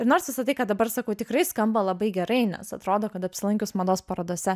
ir nors visa tai ką dabar sakau tikrai skamba labai gerai nes atrodo kad apsilankius mados parodose